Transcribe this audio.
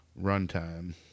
Runtime